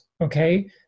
okay